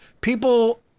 people